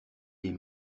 les